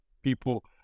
people